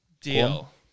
Deal